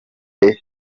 peeee